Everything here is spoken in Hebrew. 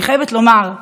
אני חייבת לומר,